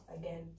again